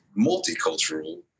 multicultural